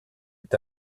est